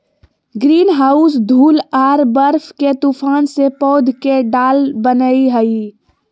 greenhouse धूल आर बर्फ के तूफान से पौध के ढाल बनय हइ